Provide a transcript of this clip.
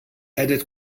added